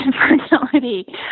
infertility